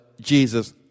Jesus